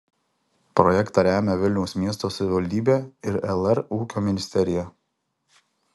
projektą remia vilniaus miesto savivaldybe ir lr ūkio ministerija